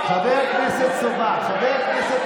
חבר הכנסת עבאס,